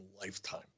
lifetime